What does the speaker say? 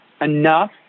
enough